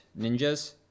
ninjas